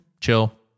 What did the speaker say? chill